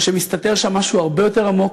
או שמסתתר שם משהו הרבה יותר עמוק,